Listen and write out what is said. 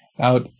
out